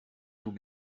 tout